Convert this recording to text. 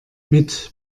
mit